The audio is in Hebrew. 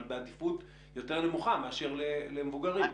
אבל בעדיפות יותר נמוכה מאשר לבוגרים.